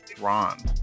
Ron